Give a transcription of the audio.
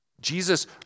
Jesus